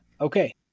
Okay